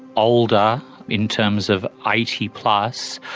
older in terms of eighty plus,